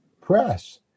press